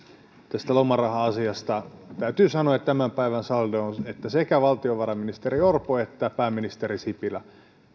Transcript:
tästä lomaraha asiasta täytyy sanoa että tämän päivän saldo on että sekä valtiovarainministeri orpo että pääministeri sipilä